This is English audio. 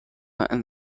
and